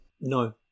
No